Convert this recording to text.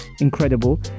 incredible